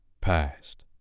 past